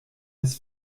bis